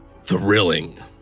Thrilling